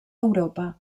europa